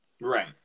Right